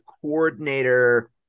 coordinator